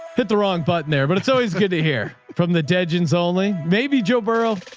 hit the wrong button there, but it's always good to hear from the dead gins only maybe joe burrow